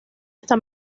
hasta